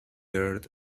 earth